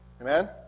Amen